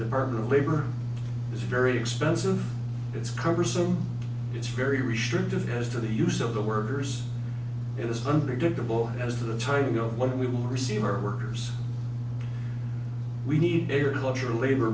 department of labor is very expensive it's cumbersome it's very restrictive as to the use of the workers and it's unpredictable as to the timing of when we will receive our workers we need agricultural labor